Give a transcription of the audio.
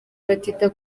batita